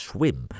Swim